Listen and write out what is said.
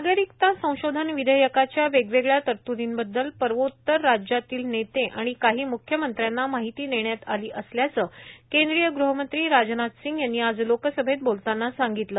नागरिकता संशोधन विधेयकाच्या वेगवेगळ्या तरत्दींबद्दल पूर्वोत्तर राज्यातील नेते आणि काही म्ख्यमंत्र्यांना माहिती देण्यात आली असल्याचं केंद्रीय गृहमंत्री राजनाथसिंग यांनी आज लोकसभेत बोलतांना सांगितलं